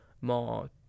more